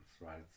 right